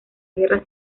guerra